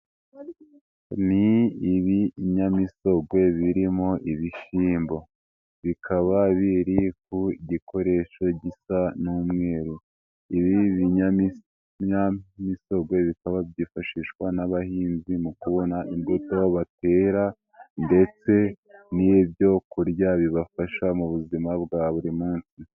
Ni ibinyamisogwe birimo ibishyimbo, bikaba biri ku gikoresho gisa n'umweru, ibi binyamisogwe bikaba byifashishwa n'abahinzi mu kubona imbuto batera ndetse n'ibyo kurya bibafasha mu buzima bwa buri munsi.